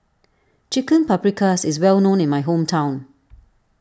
Chicken Paprikas is well known in my hometown